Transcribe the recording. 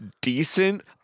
decent